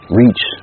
reach